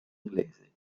inglesi